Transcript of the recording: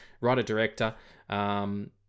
writer-director